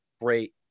great